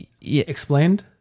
Explained